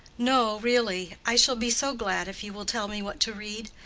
no, really. i shall be so glad if you will tell me what to read.